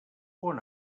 pon